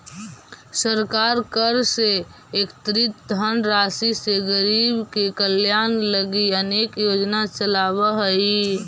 सरकार कर से एकत्रित धनराशि से गरीब के कल्याण लगी अनेक योजना चलावऽ हई